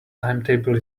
timetable